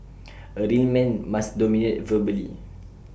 A real man must dominate verbally